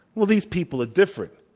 well, these people are different.